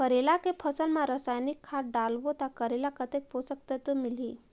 करेला के फसल मा रसायनिक खाद डालबो ता करेला कतेक पोषक तत्व मिलही?